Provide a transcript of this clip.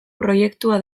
proiektua